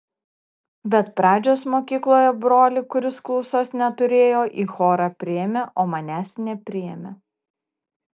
bet pradžios mokykloje brolį kuris klausos neturėjo į chorą priėmė o manęs nepriėmė